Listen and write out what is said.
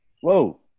Whoa